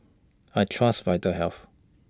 I Trust Vitahealth